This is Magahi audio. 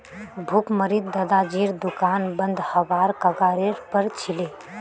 भुखमरीत दादाजीर दुकान बंद हबार कगारेर पर छिले